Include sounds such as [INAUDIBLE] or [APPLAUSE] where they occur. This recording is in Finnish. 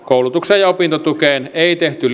koulutukseen ja opintotukeen ei tehty [UNINTELLIGIBLE]